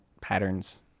patterns